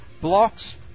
Blocks